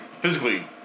physically